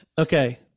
Okay